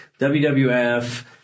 WWF—